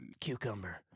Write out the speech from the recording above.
cucumber